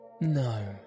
No